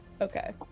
Okay